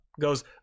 goes